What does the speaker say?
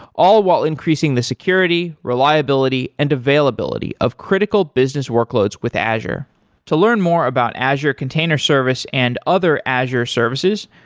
all while increasing the security, reliability and availability of critical business workloads with azure to learn more about azure container service and other azure services,